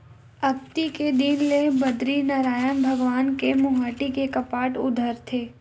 अक्ती के दिन ले बदरीनरायन भगवान के मुहाटी के कपाट उघरथे